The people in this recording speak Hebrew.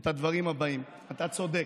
את הדברים הבאים: אתה צודק,